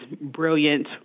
brilliant